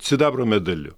sidabro medaliu